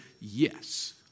Yes